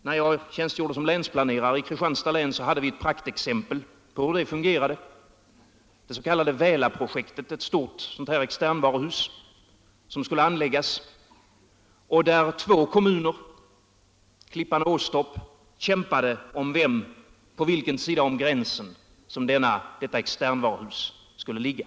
När jag tjänstgjorde som länsplanerare i Kristianstads län hade vi där ett praktexempel på hur det monopolet fungerade i det s.k. Välaprojektet, ett stort externvaruhus som skulle anläggas och där två kommuner — Klippan och Åstorp —- kämpade om på vilken sida om gränsen detta externvaruhus skulle ligga.